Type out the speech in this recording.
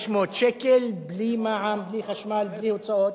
1,500 שקל בלי מע"מ, בלי חשמל, בלי הוצאות.